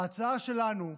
ההצעה שלנו,